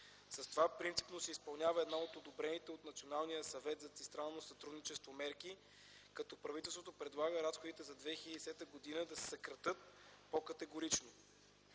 С това принципно се изпълнява една от одобрените от Националния съвет за тристранно сътрудничество мерки, като правителството предлага разходите за 2010 г. да се съкратят по-категорично.